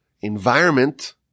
environment